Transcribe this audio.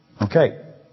Okay